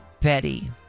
Betty